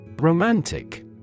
Romantic